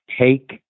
take